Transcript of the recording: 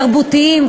תרבותיים,